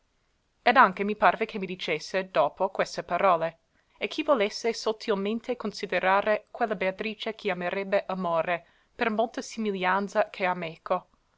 ed anche mi parve che mi dicesse dopo queste parole e chi volesse sottilmente considerare quella beatrice chiamerebbe amore per molta simiglianza che ha meco